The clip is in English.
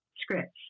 scripts